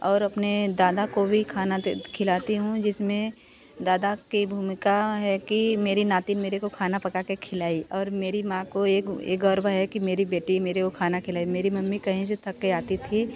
और अपने दादा को भी खाना खिलाता हूँ जिस में दादा के भूमिका है कि मेरी नातिन मेरे को खाना पका कर खिलाई और मेरी माँ को ये ये गर्व है कि मेरी बेटी मेरे को खाना खिलाए मेरी मम्मी कहीं से तक के आती थी